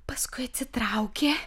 paskui atsitraukė